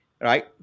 right